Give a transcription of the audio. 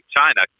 China